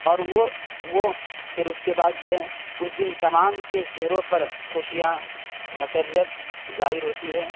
اور وہ وہ پھر اس کے بعد جو ہے اس دن تمام کے چہروں پر خوشیاں مسرت ظاہر ہوتی ہے